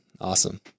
Awesome